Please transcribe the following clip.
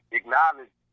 acknowledge